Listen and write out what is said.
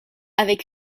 avec